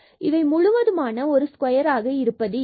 இவை முழுவதுமான ஒரு ஸ்கொயர்ஆக இருப்பது இல்லை